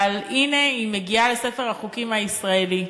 אבל הנה היא מגיעה לספר החוקים הישראלי.